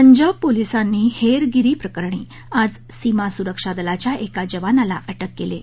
पंजाब पोलिसांनी हेरगिरी प्रकरणी आज सीमा सुरक्षा दलाच्या एका जवानाला अटक केली आहे